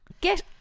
Get